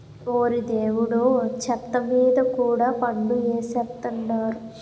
ఓరి దేవుడో చెత్త మీద కూడా పన్ను ఎసేత్తన్నారు